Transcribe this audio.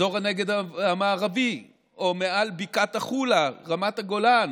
אזור הנגב המערבי או מעל בקעת החולה, רמת הגולן,